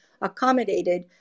accommodated